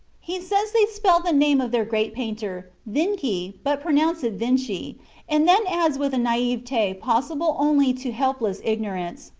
he says they spell the name of their great painter vinci, but pronounce it vinchy and then adds with a naivete possible only to helpless ignorance,